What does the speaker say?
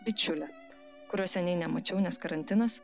bičiulę kurios seniai nemačiau nes karantinas